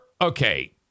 okay